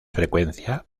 frecuencia